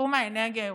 בתחום האנרגיה הירוקה.